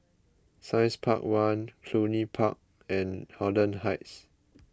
Science Park one Cluny Park and Holland Heights